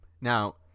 now